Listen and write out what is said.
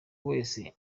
wese